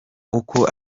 uko